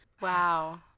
Wow